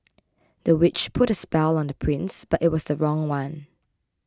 the witch put a spell on the prince but it was the wrong one